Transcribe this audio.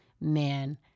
man